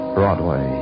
Broadway